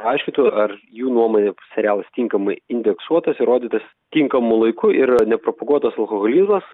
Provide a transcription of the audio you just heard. aiškintų ar jų nuomone serialas tinkamai indeksuotas ir rodytas tinkamu laiku ir nepropaguotas alkoholizmas